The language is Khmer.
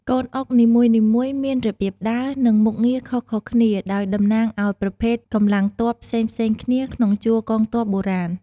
កូនអុកនីមួយៗមានរបៀបដើរ និងមុខងារខុសៗគ្នា ដោយតំណាងឱ្យប្រភេទកម្លាំងទ័ពផ្សេងៗគ្នាក្នុងជួរកងទ័ពបុរាណ។